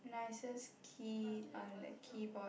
nicest key on the keyboard